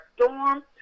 storm